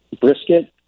brisket